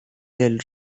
del